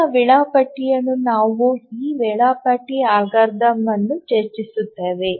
ಮುಂದಿನ ವೇಳಾಪಟ್ಟಿಯಲ್ಲಿ ನಾವು ಈ ವೇಳಾಪಟ್ಟಿ ಅಲ್ಗಾರಿದಮ್ ಅನ್ನು ಚರ್ಚಿಸುತ್ತೇವೆ